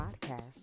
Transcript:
Podcast